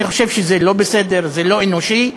אני חושב שזה לא בסדר, זה לא אנושי.